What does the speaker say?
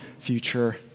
future